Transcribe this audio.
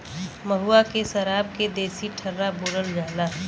महुआ के सराब के देसी ठर्रा बोलल जाला